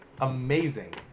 amazing